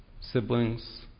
siblings